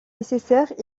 nécessaires